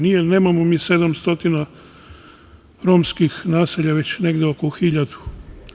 Nemamo mi 700 romskih naselja, već negde oko hiljadu.